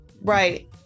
Right